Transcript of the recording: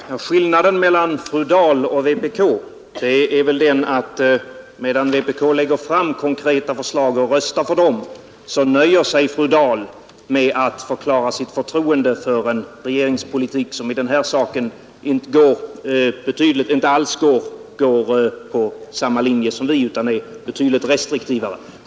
Herr talman! Skillnaden mellan fru Dahl och vpk är väl den, att medan vpk lägger fram konkreta förslag och röstar på dem nöjer sig fru Dahl med att förklara sitt förtroende för en regeringspolitik som i den här saken inte alls följer samma linje som vårt partis politik, utan som är betydligt mera restriktiv.